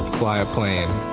fly a plane,